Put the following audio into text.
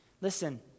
listen